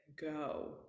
go